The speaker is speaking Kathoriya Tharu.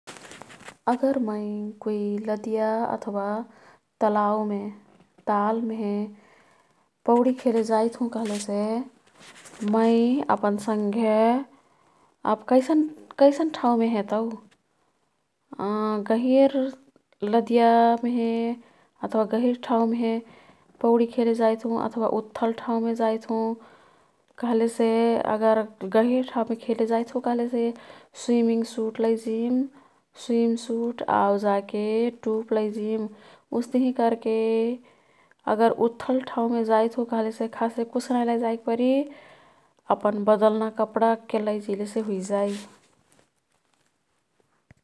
अगर मै कुई लदिया अथवा तलावमे, तालमेहे पौडी खेले जाईत् हुँ कह्लेसे मै संघे अब कैसन ठाउँमे है तौ गहीर लदियामेहे अथवा गहिर ठाउँमेहे पौडी खेले जाईत् हुँ अथवा उत्थलठाउँमे जाईत् हुँ। कह्लेसे अगर गहिर ठाउँमे खेले जाईत् हुँ कह्लेसे स्विमिङ सुट लैजिम। स्विम सुट आउ जाके टुप लैजिम। ओस्तिही कर्के अगर उत्थल ठाउँ मे जाईत् हुँ कह्लेसे खासे कुछ नाई लैजाईक् परी। अपन बदल्ना कपडा अक्केल लैजीलेसे हुइजाई।